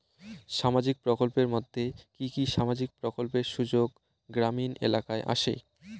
সামাজিক প্রকল্পের মধ্যে কি কি সামাজিক প্রকল্পের সুযোগ গ্রামীণ এলাকায় আসে?